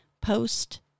Post